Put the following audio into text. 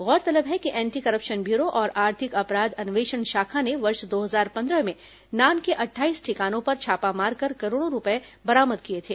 गौरतलब है कि एंटी करप्शन ब्यूरो और आर्थिक अपराध अन्वेषण शाखा ने वर्ष दो हजार पंद्रह में नान के अट्ठाईस ठिकानों पर छापा मारकर करोड़ों रूपए बरामद किए थे